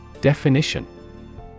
Definition